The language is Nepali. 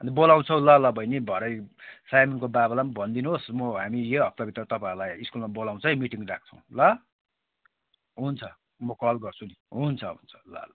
बोलाउँछौँ ल ल बहिनी भरे साइमनको बाबालाई पनि भनिदिनुहोस् म हामी यही हप्ताभित्रमा तपाईँहरूलाई स्कुलमा बोलाउँछौँ है मिटिङ राख्छौँ ल हुन्छ म कल गर्छु नि हुन्छ हुन्छ ल ल